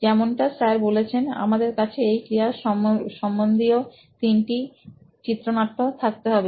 যেমনটা স্যার বলেছেন আমাদের কাছে এই ক্রিয়া সম্বন্ধীয় তিনটি চিত্রনাট্য থাকতে হবে